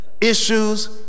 issues